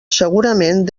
segurament